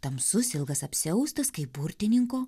tamsus ilgas apsiaustas kaip burtininko